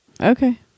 Okay